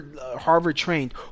Harvard-trained